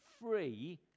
free